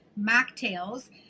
mocktails